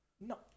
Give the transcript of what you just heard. No